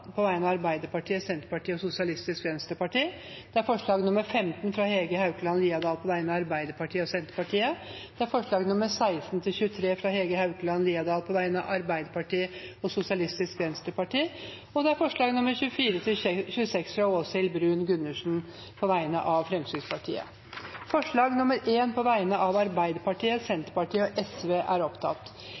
på vegne av Arbeiderpartiet, Senterpartiet og Sosialistisk Venstreparti forslag nr. 15, fra Hege Haukeland Liadal på vegne av Arbeiderpartiet og Senterpartiet forslagene nr. 16–23, fra Hege Haukeland Liadal på vegne av Arbeiderpartiet og Sosialistisk Venstreparti forslagene nr. 24–26, fra Åshild Bruun-Gundersen på vegne av Fremskrittspartiet Det voteres over forslag nr. 1, fra Arbeiderpartiet, Senterpartiet og